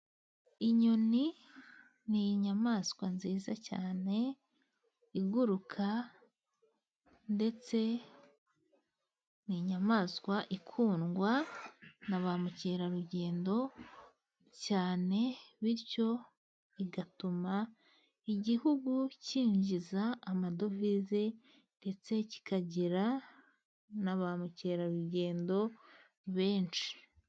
Inyoni ni inyamaswa nziza cyane iguruka ndetse ni inyamaswa ikundwa na ba mukerarugendo cyane, bityo igatuma igihugu cyinjiza amadovize ndetse kikagira na ba mukerarugendo benshi.